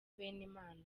benimana